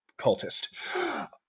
cultist